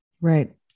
right